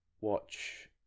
watch